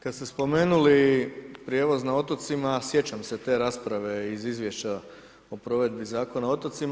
Kada ste spomenuli prijevoz na otocima, sjećam se te rasprave iz izvješća o provedbi Zakona o otocima.